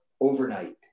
overnight